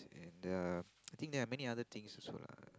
and the I think there are many other things also lah